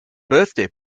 birthday